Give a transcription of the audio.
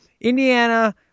Indiana